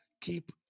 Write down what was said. Keep